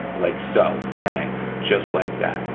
like so, bang, just like that,